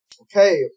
Okay